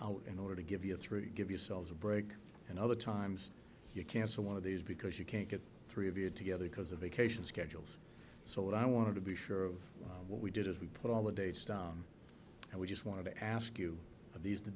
out in order to give you three give yourselves a break and other times you cancel one of these because you can't get three of you together because of vacation schedules so what i wanted to be sure of what we did is we put all the dates down and we just wanted to ask you are these the